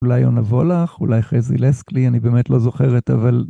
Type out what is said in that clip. אולי יונה וולך, אולי חזי לסקלי, אני באמת לא זוכרת, אבל...